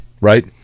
right